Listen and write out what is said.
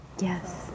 Yes